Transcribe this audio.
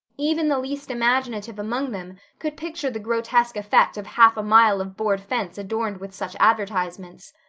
even the least imaginative among them could picture the grotesque effect of half a mile of board fence adorned with such advertisements.